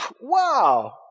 wow